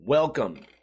Welcome